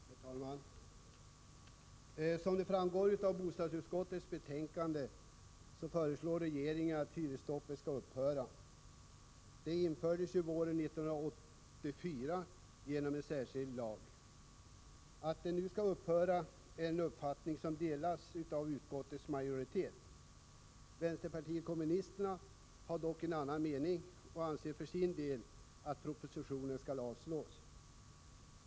Herr talman! Som framgår av bostadsutskottets betänkande föreslår regeringen att hyresstoppet skall upphöra. Det infördes våren 1984 genom en särskild lag. Att det nu skall upphöra är en uppfattning som delas av utskottets majoritet. Vänsterpartiet kommunisterna har dock en annan mening och anser för sin del att propositionen skall avslås.